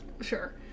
Sure